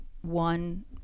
one